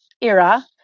era